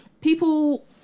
people